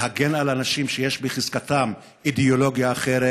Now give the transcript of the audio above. להגן על אנשים שיש בחזקתם אידיאולוגיה אחרת.